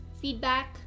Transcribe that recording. feedback